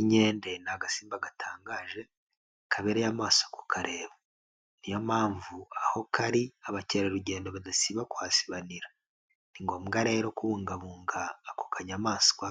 Inkende ni agasimba gatangaje, kabereye amaso kukareba. Ni yo mpamvu aho kari abakerarugendo badasiba kuhasibanira. Ni ngombwa rero kubungabunga ako kanyamaswa